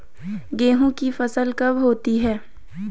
गेहूँ की फसल कब होती है?